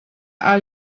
are